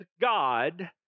God